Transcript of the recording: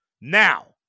Now